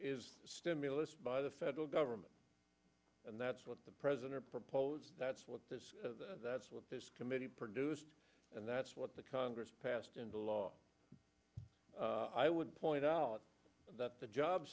is stimulus by the federal government and that's what the president proposed that's what this that's what this committee produced and that's what the congress passed into law i would point out that the job